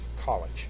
college